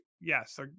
Yes